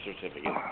certificate